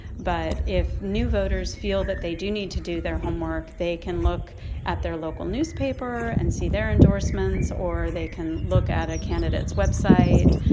but if new voters feel that they do need to do their homework, they can look at their local newspaper and see their endorsements or they can look at a candidate's website,